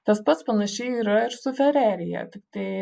tas pats panašiai yra ir su fererija tiktai